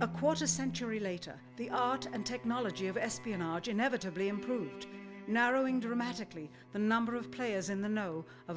a quarter century later the art and technology of espionage inevitably improved narrowing dramatically the number of players in the know of a